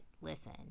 Listen